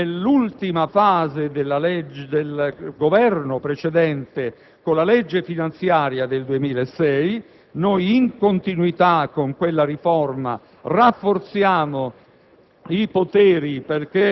costituita nell'ultima fase del Governo precedente, con la legge finanziaria del 2006. In continuità con quella riforma, noi